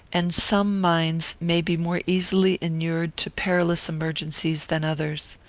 and some minds may be more easily inured to perilous emergencies than others.